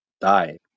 die